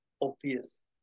obvious